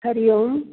हरिओम